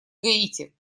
гаити